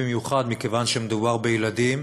דומה שכל הנושאים שקשורים במערכת הבריאות הם חשובים ודחופים.